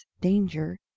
danger